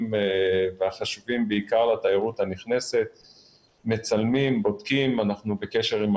ובאותה שיטה וולונטרית מאירים את עיני